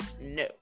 no